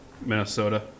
Minnesota